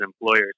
employers